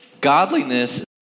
godliness